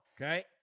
Okay